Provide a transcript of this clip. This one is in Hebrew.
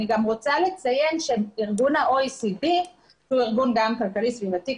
אני רוצה לציין שארגון ה-OECD שהוא ארגון ככלי סביבתי,